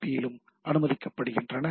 B யிலும் அனுமதிக்கப்படுகின்றன